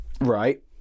Right